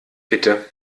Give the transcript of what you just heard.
bitte